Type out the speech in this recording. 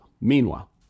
Meanwhile